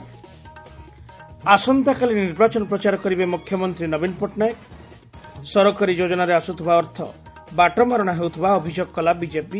ଆସନ୍ତାକାଲି ନିର୍ବାଚନ ପ୍ରଚାର କରିବେ ମୁଖ୍ୟମନ୍ତୀ ନବୀନ ପଟ୍ଟନାୟକ ସରକାରୀ ଯୋକ୍କନାରେ ଆସ୍ବଥିବା ଅର୍ଥ ବାଟମାରଣା ହେଉଥିବା ଅଭିଯୋଗ କଲା ବିଜେପି